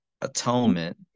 atonement